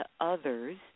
others